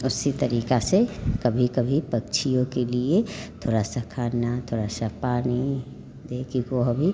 उसी तरीक़े से कभी कभी पक्षियों के लिए थोड़ा सा खाना थोड़ा सा पानी देकर वह भी